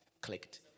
clicked